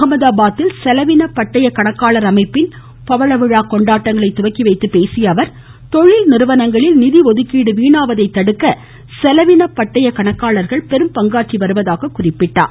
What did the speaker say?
அகமதாபாத்தில் செலவின பட்டயக்கணக்காளர் அமைப்பின் பவள விழா கொண்டாட்டங்களை துவக்கிவைத்து பேசிய அவர் தொழில் நிறுவனங்களில் நிதி ஒதுக்கீடு வீணாவதை தடுக்க செலவின பட்டயக்கணக்காளர்கள் பெரும் பங்காற்றி வருவதாக பாராட்டினார்